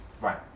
Right